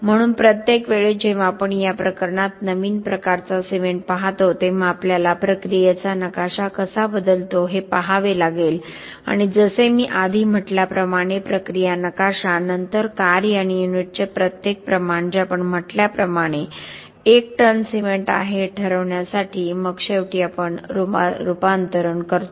म्हणून प्रत्येक वेळी जेव्हा आपण या प्रकरणात नवीन प्रकारचा सिमेंट पाहतो तेव्हा आपल्याला प्रक्रियेचा नकाशा कसा बदलतो हे पहावे लागेल आणि जसे मी आधी म्हटल्याप्रमाणे प्रक्रिया नकाशा नंतर कार्य आणि युनिटचे प्रत्येक प्रमाण जे आपण म्हटल्याप्रमाणे 1 टन सिमेंट आहे हे ठरवण्यासाठी मग शेवटी आपण रूपांतरण करतो